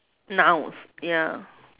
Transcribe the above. nouns ya